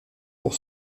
pour